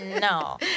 No